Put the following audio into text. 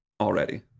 already